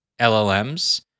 LLMs